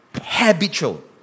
habitual